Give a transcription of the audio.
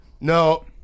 No